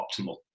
optimal